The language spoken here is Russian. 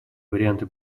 варианты